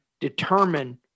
determine